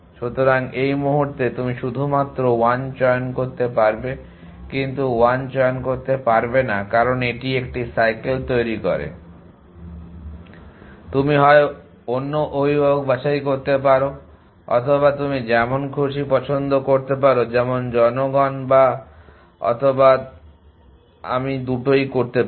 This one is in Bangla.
সুতরাং এই মুহুর্তে তুমি শুধুমাত্র 1 চয়ন করতে পারবে কিন্তু তুমি 1 চয়ন করতে পারবে না কারণ এটি একটি সাইকেল তৈরী করে তুমি হয় অন্য অভিভাবক বাছাই করতে পারো অথবা তুমি যেমন খুশি পছন্দ করতে পারো যেমন জনগণ বা অথবা আমি বা দুটোই করতে পারো